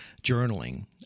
journaling